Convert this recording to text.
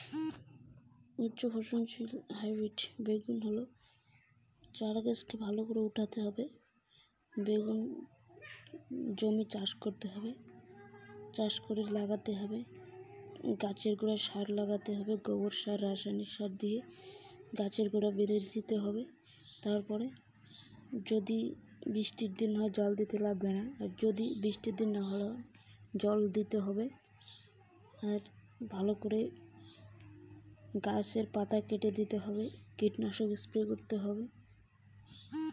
উচ্চ ফলনশীল হাইব্রিড বেগুন চাষের পদ্ধতি কী?